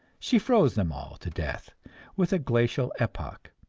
she froze them all to death with a glacial epoch,